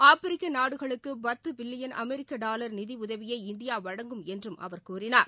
ஆப்பிரிக்க நாடுகளுக்கு பத்து பில்லியன் அமெரிக்க டாலர் நிதி உதவியை இந்தியா வழங்கும் என்றும் அவர் கூறினார்